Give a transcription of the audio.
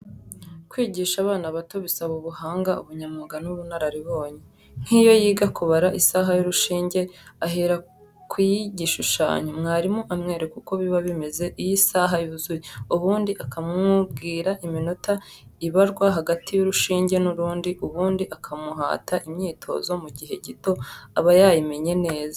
Kwigisha abana bato bisaba ubuhanga, ubunyamwuga n'ubunararibonye; nk'iyo yiga kubara isaha y'urushinge, ahera ku y'igishushanyo; mwarimu amwereka uko biba bimeze iyo isaha yuzuye, ubundi akamubwira iminota ibarwa hagati y'urushinge n'urundi, ubundi akamuhata imyitozo, mu gihe gito aba yayimenye neza.